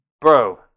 bro